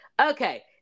Okay